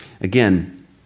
Again